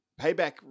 payback